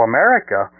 America